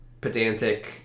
pedantic